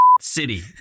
city